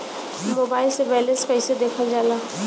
Mobile से balance कइसे देखल जाला?